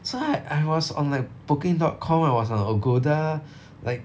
so right I was on like booking dot com I was on Agoda like